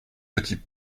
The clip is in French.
petits